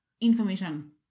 information